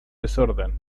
desorden